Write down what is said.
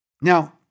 Now